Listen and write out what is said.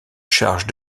charge